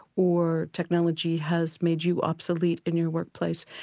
or technology has made you obsolete in your workplace.